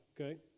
okay